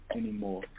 anymore